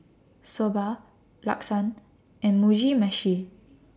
Soba Lasagne and Mugi Meshi